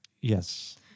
Yes